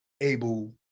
able